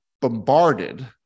bombarded